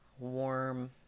Warm